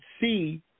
see